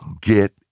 get